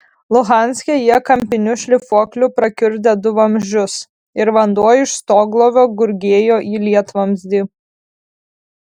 luhanske jie kampiniu šlifuokliu prakiurdė du vamzdžius ir vanduo iš stoglovio gurgėjo į lietvamzdį